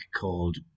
called